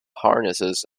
harnesses